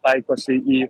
taikosi į